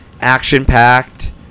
action-packed